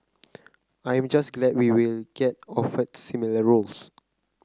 I am just glad we will get offered similar roles